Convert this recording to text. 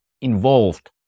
involved